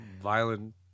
Violent